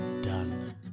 done